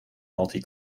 multi